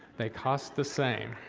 they cost the same.